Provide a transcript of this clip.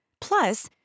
Plus